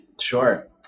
Sure